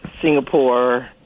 Singapore